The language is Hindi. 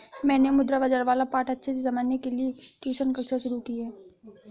मैंने मुद्रा बाजार वाला पाठ अच्छे से समझने के लिए ट्यूशन कक्षा शुरू की है